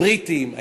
הבריטים,